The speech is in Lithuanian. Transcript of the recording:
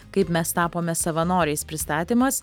kaip mes tapome savanoriais pristatymas